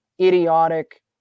idiotic